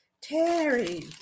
Terry